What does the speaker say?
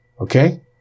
Okay